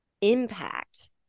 impact